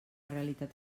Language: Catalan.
realitat